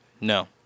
No